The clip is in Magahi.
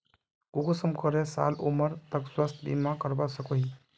कुंसम करे साल उमर तक स्वास्थ्य बीमा करवा सकोहो ही?